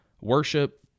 worship